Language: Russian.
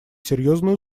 серьезную